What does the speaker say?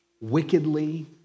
wickedly